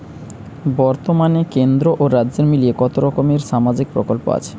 বতর্মানে কেন্দ্র ও রাজ্য মিলিয়ে কতরকম সামাজিক প্রকল্প আছে?